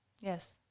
Yes